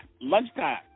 Lunchtime